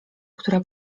która